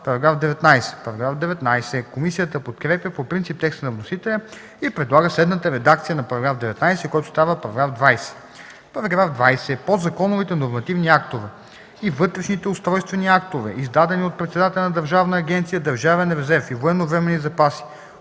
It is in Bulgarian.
става § 19. Комисията подкрепя по принцип текста на вносителя и предлага следната редакция на § 19, който става § 20: „§ 20. Подзаконовите нормативни актове и вътрешните устройствени актове, издадени от председателя на Държавна агенция „Държавен резерв и военновременни запаси”